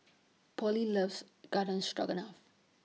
Pollie loves Garden Stroganoff